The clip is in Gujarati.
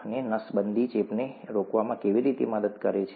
અને નસબંધી ચેપને રોકવામાં કેવી રીતે મદદ કરે છે